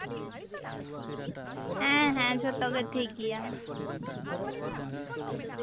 ᱦᱮᱸ ᱦᱮᱸ ᱡᱷᱚᱛᱚ ᱜᱮ ᱴᱷᱤᱠ ᱜᱮᱭᱟ